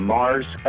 Mars